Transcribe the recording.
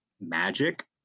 magic